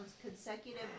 consecutive